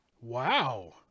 Wow